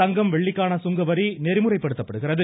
தங்கம் வெள்ளிக்கான சுங்கவரி நெறிமுறைப்படுத்தப்படுகிறது